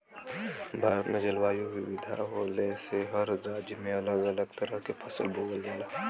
भारत में जलवायु विविधता होले से हर राज्य में अलग अलग तरह के फसल बोवल जाला